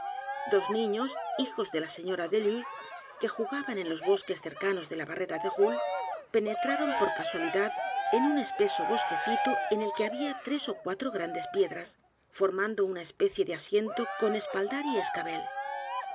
dos niños hijos de la señora delue que j u g a b a n en los bosques cercanos de la b a r r e r a de roule penetraron por casualidad en un espeso bosquecito en el que había tres ó cuatro grandes piedras formando unb especie de asiento con espaldar y escabel